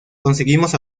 conseguimos